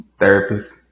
Therapist